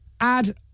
add